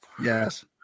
Yes